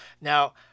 Now